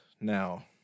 now